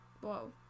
Whoa